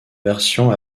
version